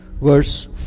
verse